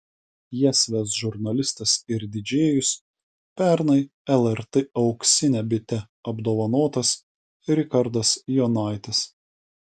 jas ves žurnalistas ir didžėjus pernai lrt auksine bite apdovanotas richardas jonaitis